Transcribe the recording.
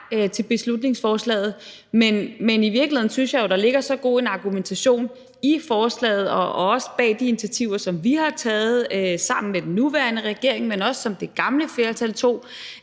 til beslutningsforslaget. Men i virkeligheden synes jeg jo, at der ligger så god en argumentation i forslaget og også bag de initiativer, som vi har taget sammen med den nuværende regering – og også bag dem, som det gamle flertal tog